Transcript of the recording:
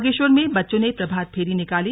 बागेश्वर में बच्चों ने प्रभात फेरी निकाली